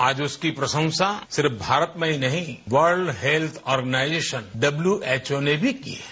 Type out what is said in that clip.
आज उसकी प्रशंसा सिर्फ भारत में ही नहीं वर्ल्डा हेल्थस ऑर्गेनाइजेशन डब्यू स भ एच ओ ने भी की है